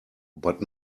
but